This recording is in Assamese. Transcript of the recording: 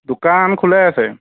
দোকান খোলাই আছে